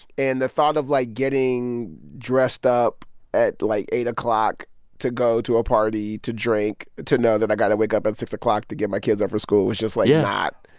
and the thought of, like, getting dressed up at, like, eight o'clock to go to a party to drink, to know that i got to wake up at six o'clock to get my kids up for school was just like, not.